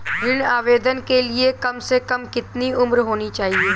ऋण आवेदन के लिए कम से कम कितनी उम्र होनी चाहिए?